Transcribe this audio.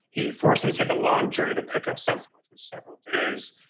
he forced him to take a long journey to pick up something which was several days,